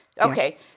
Okay